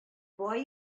бай